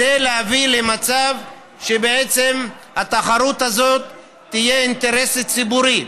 כדי להביא למצב שהתחרות הזאת תהיה אינטרס ציבורי,